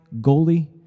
goalie